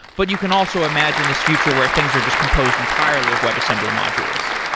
but you can also imagine this future where things are just composed entirely of webassembly modules.